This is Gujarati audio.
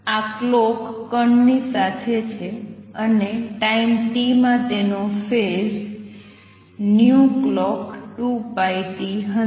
આ ક્લોક કણ ની સાથે છે અને ટાઈમ t માં તેનો ફેઝ clock2πt હશે